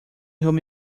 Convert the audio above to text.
whom